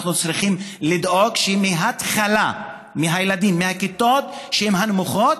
אנחנו צריכים לדאוג שמהתחלה, מהכיתות הנמוכות,